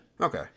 Okay